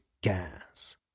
gas